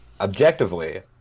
objectively